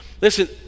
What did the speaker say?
listen